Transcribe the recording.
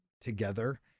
together